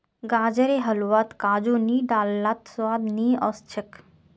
गाजरेर हलवात काजू नी डाल लात स्वाद नइ ओस छेक